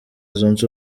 zunze